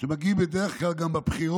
נגד חרדים שמגיעים בדרך כלל בבחירות.